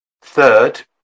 third